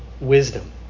wisdom